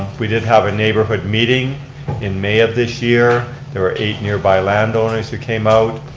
we did have a neighborhood meeting in may of this year. there were eight nearby land owners who came out.